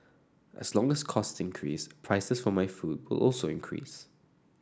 as long as cost increase prices for my food will also increase